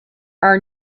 are